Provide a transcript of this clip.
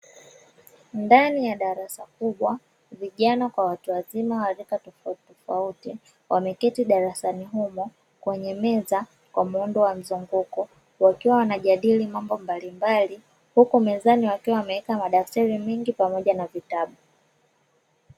Ndani ya darasa kubwa, vijana kwa watu wazima wa rika tofautitofauti, wameketi darasani humo kwenye meza kwa muundo wa mzunguko, wakiwa wanajadili mambo mbalimbali, huku mezani wakiwa wameweka madaftari mengi pamoja na vitabu.